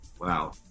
Wow